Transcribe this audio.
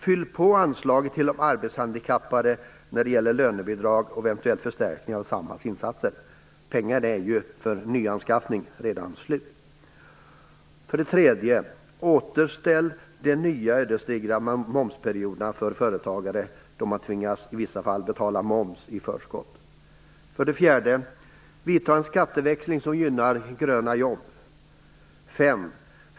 Fyll på anslag till de arbetshandikappade när det gäller lönebidrag och eventuell förstärkning av Samhalls insatser. Pengarna för nyanskaffning är ju redan slut. 3. Återställ de nya ödesdigra momsperioderna för företagare. De tvingas i vissa fall betala moms i förskott. 4. Vidta en skatteväxling som gynnar "gröna" 5.